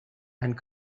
and